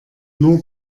nur